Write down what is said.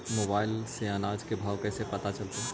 Mobile से अनाज के भाव कैसे पता चलतै?